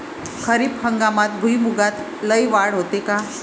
खरीप हंगामात भुईमूगात लई वाढ होते का?